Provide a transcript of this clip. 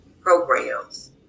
programs